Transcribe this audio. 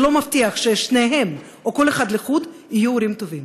זה לא מבטיח ששניהם או כל אחד לחוד יהיו הורים טובים.